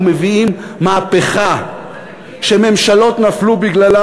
אנחנו מביאים מהפכה שממשלות נפלו בגללה